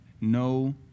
no